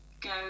go